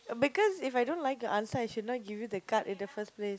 because if I don't like the answer I should not give you the card in the first place